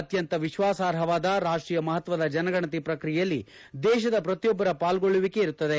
ಅತ್ಯಂತ ವಿಶ್ವಾಸಾರ್ಹವಾದ ರಾಷ್ಟೀಯ ಮಹತ್ವದ ಜನಗಣತಿ ಪ್ರಕ್ರಿಯೆಯಲ್ಲಿ ದೇಶದ ಪ್ರತಿಯೊಬ್ಬರ ಪಾಲ್ಗೊಳ್ಳುವಿಕೆ ಇರುತ್ತದೆ